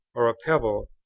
or a pebble,